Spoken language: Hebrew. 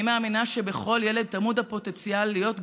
אני מאמינה שבכל ילד טמון הפוטנציאל להיות גאון.